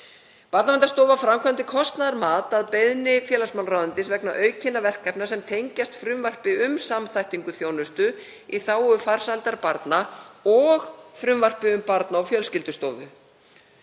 Barnaverndarstofa framkvæmdi kostnaðarmat að beiðni félagsmálaráðuneytisins vegna aukinna verkefna sem tengjast frumvarpi um samþættingu þjónustu í þágu farsældar barna og frumvarpi um Barna- og fjölskyldustofu.